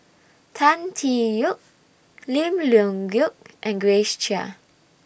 Tan Tee Yoke Lim Leong Geok and Grace Chia